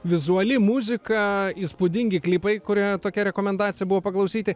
vizuali muzika įspūdingi klipai kurie tokia rekomendacija buvo paklausyti